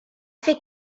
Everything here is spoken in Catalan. fer